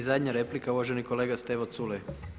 I zadnja replika uvaženi kolega Stevo Culej.